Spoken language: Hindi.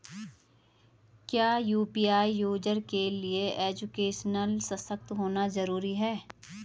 क्या यु.पी.आई यूज़र के लिए एजुकेशनल सशक्त होना जरूरी है?